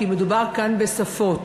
כי מדובר כאן בשפות,